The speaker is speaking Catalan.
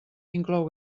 inclou